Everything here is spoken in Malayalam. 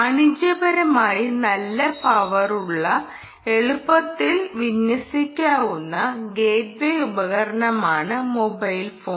വാണിജ്യപരമായി നല്ല പവറുള്ള എളുപ്പത്തിൽ വിന്യസിക്കാവുന്ന ഗേറ്റ്വേ ഉപകരണമാണ് മൊബൈൽ ഫോൺ